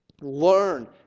learn